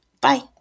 Bye